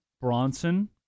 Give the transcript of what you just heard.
Bronson